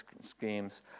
schemes